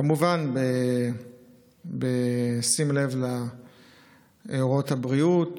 כמובן בשים לב להוראות הבריאות